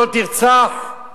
"לא תרצח",